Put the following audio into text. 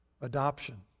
Adoption